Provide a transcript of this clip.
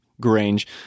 Grange